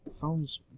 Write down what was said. Phones